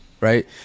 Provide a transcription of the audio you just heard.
right